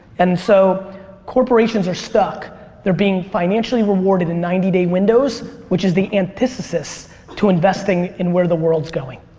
and so corporations are stuck they're being financially rewarded in ninety day windows which is the antithesis to investing in where the world's going.